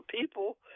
people